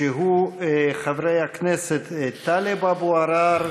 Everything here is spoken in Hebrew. חבר הכנסת טלב אבו עראר,